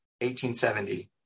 1870